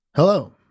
Hello